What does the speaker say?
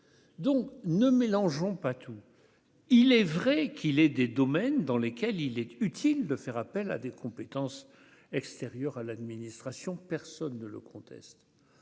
donc ne mélangeons. Pas tous, il est vrai qu'il est des domaines dans lesquels il est utile de faire appel à des compétences extérieures à l'administration, personne ne le conteste,